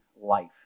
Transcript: life